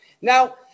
Now